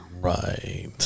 Right